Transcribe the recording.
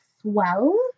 swell